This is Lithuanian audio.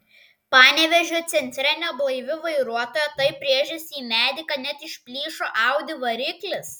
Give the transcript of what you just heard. panevėžio centre neblaivi vairuotoja taip rėžėsi į medį kad net išplyšo audi variklis